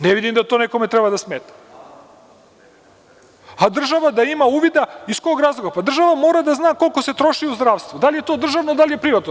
Ne vidim da to nekome treba da smeta, a država da ima uvida iz kog razloga, pa država mora da zna koliko se troši u zdravstvu, da li je to državno, da li je privatno.